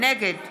נגד